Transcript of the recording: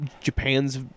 Japan's